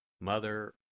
Mother